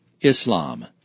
ISLAM